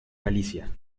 galicia